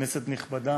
כנסת נכבדה,